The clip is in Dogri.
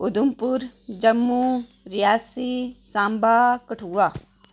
उधमपुर जम्मू रियासी सांबा कठुआ